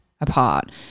apart